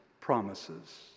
promises